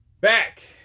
Back